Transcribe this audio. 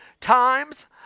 Times